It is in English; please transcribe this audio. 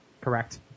correct